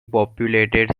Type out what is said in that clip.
populated